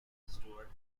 stuart